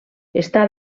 està